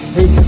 Hey